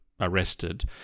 arrested